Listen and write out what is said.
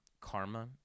karma